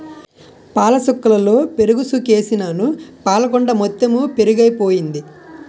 పాలసుక్కలలో పెరుగుసుకేసినాను పాలకుండ మొత్తెము పెరుగైపోయింది